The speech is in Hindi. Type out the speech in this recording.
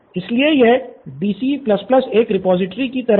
इसलिए यह DC एक रिपॉजिटरी की तरह है